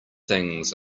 things